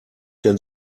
denn